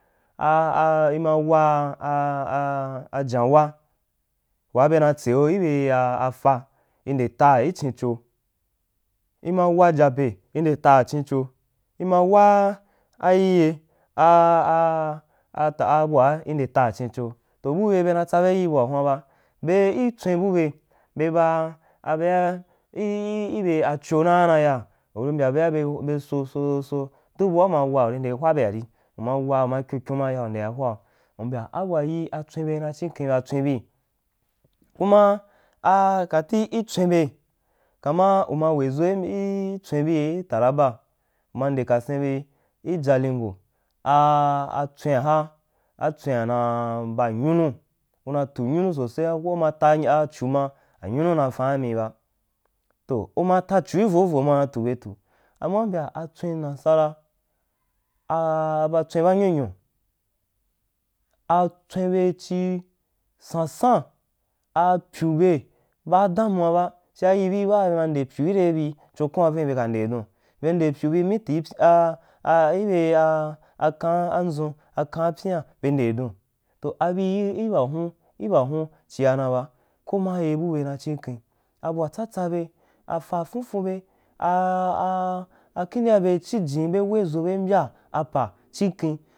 A i ma wa a a janwa waa, be na tseu ibe fa i nde taa ichin cho i ma wa jape i nde taa chin cho, i ma yilye a a abua i nde taa chincho, to bube bewa tsabe yii bua huan ba a i tswen bube be ba abea i i be cho nanaya, uri mbye be a be so so so duk bua uma wa u ndea tau abua yi atswin be na chiken ba tswin bii kuma kati i tswin bube, kuma uma weʒo i tswin bui i taraba, uma nde kasin bi ijaliugo a a tswian ha atswina na ba anyuhu ko ma tachu na anyuna na ga ani i ba, toh uma tachulvolvo ma na tubetu ama u mbya atswin nasara atswin ba nyonyo atswen be chí sansan apyube baa be ma nde pyu ire bi chokwa on viin be ka ndedon be nde pyu bi m i nte py a a ibe akam ndʒum a kan pyian be nde dun toh abiu ihahuh ibahuu chia na ba komaye bul na chi nken abua tsatsa be a fa fun fun be, a a a kindea be chijim be mbya apa chikin uma ka dan kibe.